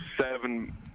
seven